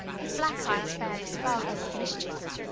his black eyes fairly sparkled with mischief.